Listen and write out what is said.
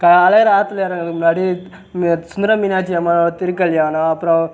கா அழகரு ஆற்றுல இறங்குறதுக்கு முன்னாடி சுந்தர மீனாட்சி அம்மனோடய திருக்கல்யாணம் அப்புறம்